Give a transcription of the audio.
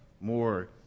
more